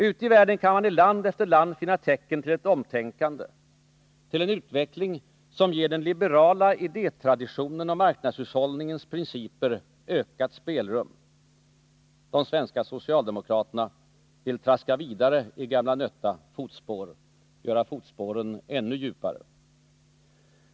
Ute i världen kan man i land efter land finna tecken till ett omtänkande, en utveckling som ger den liberala idétraditionen och marknadshushållningens principer ökat spelrum. De svenska socialdemokraterna vill traska vidare i gamla nötta fotspår och göra fotspåren ännu djupare.